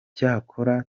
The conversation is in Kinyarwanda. icyakora